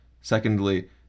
secondly